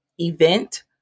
event